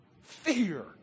Fear